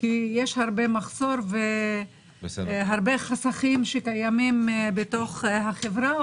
כי יש הרבה מחסור והרבה חסכים שקיימים בתוך החברה,